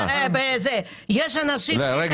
אנה,